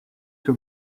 que